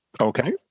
Okay